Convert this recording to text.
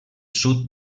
sud